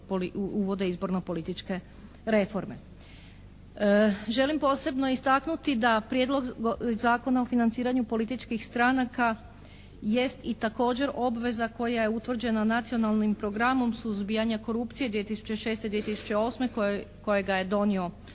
uvode izborno političke reforme. Želim posebno istaknuti da Prijedlog zakona o financiranju političkih stranaka jest i također obveza koja je utvrđena Nacionalnim programom suzbijanja korupcije 2006.-2008. kojega je donio